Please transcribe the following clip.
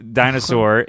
dinosaur